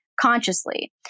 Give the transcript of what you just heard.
consciously